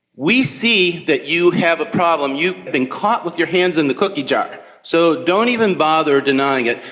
we see that you have a problem, you've been caught with your hands in the cookie jar, so don't even bother denying it.